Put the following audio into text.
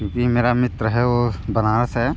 क्योंकि मेरा मित्र है वो बनारस है